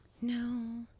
no